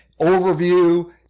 overview